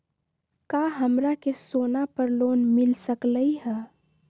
का हमरा के सोना पर लोन मिल सकलई ह?